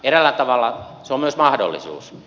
eräällä tavalla se on myös mahdollisuus